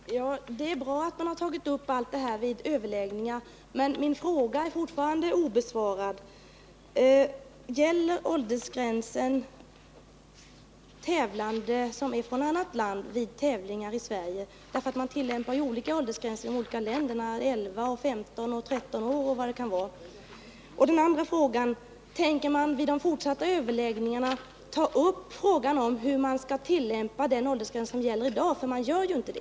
Herr talman! Det är bra att man har tagit upp överläggningar, men min fråga är fortfarande obesvarad: Gäller åldersgränsen tävlande från annat land vid tävlingar i Sverige? Det tillämpas ju olika åldersgränser i olika länder — 11, 13 och 15 år eller vad det kan vara. Och så den andra frågan: Tänker man vid de fortsatta överläggningarna ta upp frågan om hur den åldersgräns skall tillämpas som gäller i dag? Den tillämpas ju inte.